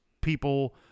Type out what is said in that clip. people